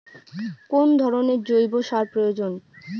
কোন ধরণের জৈব সার প্রয়োজন?